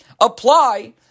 apply